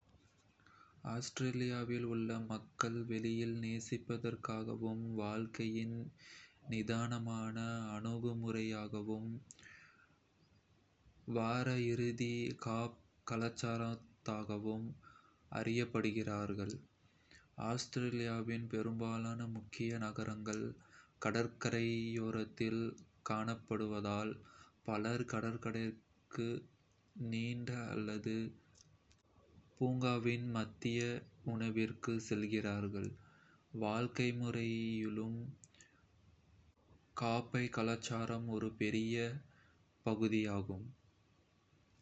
ஆஸ்திரேலியாவில் உள்ள மக்கள், வெளியில் நேசிப்பதற்காகவும், வாழ்க்கையின் நிதானமான அணுகுமுறைக்காகவும், வார இறுதி கஃபே கலாச்சாரத்திற்காகவும் அறியப்படுகிறார்கள். ஆஸ்திரேலியாவின் பெரும்பாலான முக்கிய நகரங்கள் கடற்கரையோரத்தில் காணப்படுவதால், பலர் கடற்கரைக்கு நீந்த அல்லது பூங்காவிற்கு மதிய உணவிற்கு செல்கிறார்கள். வாழ்க்கை முறையிலும் கஃபே கலாச்சாரம் ஒரு பெரிய பகுதியாகும்.